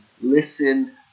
listen